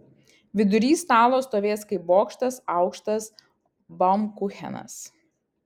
vidury stalo stovės kaip bokštas aukštas baumkuchenas